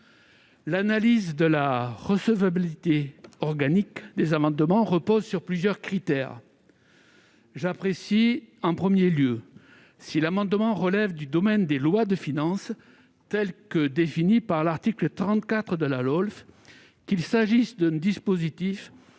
L'analyse de la recevabilité organique des amendements repose sur plusieurs critères. J'apprécie, en premier lieu, si l'amendement relève du domaine des lois de finances, tel qu'il est défini par l'article 34 de la LOLF, qu'il s'agisse d'un dispositif